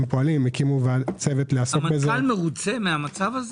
הם פועלים- -- המנכ"ל מרוצה מהמצב הזה?